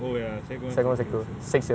oh ya secondary one secondary two also